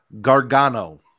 Gargano